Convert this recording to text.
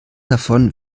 davon